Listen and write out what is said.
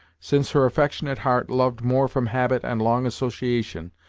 since her affectionate heart loved more from habit and long association,